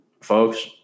folks